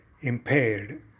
impaired